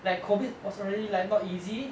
like COVID was already like not easy